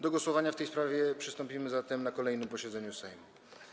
Do głosowania w tej sprawie przystąpimy zatem na kolejnym posiedzeniu Sejmu.